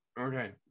Okay